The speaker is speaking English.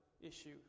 issue